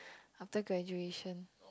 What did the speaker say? after graduation